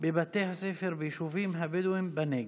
בבתי הספר ביישובים הבדואיים בנגב.